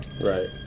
right